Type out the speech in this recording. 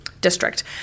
district